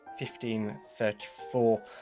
1534